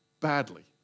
badly